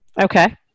Okay